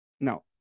Now